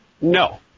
No